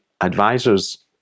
advisors